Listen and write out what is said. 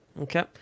Okay